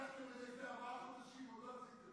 הבטחתם את זה לפני ארבעה חודשים ועוד לא עשיתם